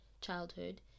childhood